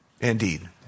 Indeed